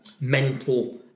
mental